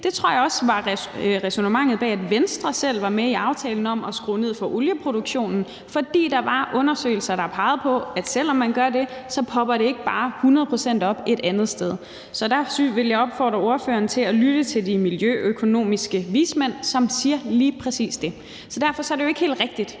Det tror jeg også var ræsonnementet bag, at Venstre selv var med i aftalen om at skrue ned for olieproduktionen, fordi der var undersøgelser, der pegede på, at selv om man gør det, så popper det ikke bare op 100 pct. et andet sted. Så derfor vil jeg opfordre spørgeren til at lytte til de miljøøkonomiske vismænd, som siger lige præcis det. Så derfor er det jo ikke helt rigtigt,